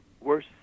worse